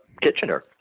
Kitchener